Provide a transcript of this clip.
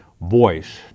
voice